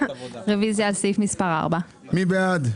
רוויזיה על סעיף מספר 3. מי בעד?